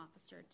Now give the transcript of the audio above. officer